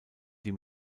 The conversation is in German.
die